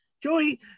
Joey